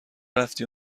رفتی